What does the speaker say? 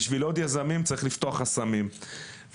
בשביל עוד יזמים צריך לפתוח חסמים וזה